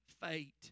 fate